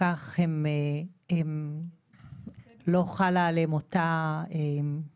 ולפיכך הם לא חלה עליהם אותה התייחסות --- אמרתי,